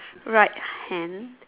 right hand